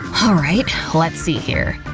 alright, let's see here,